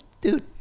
dude